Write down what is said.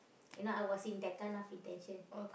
you know I was in that kind of intention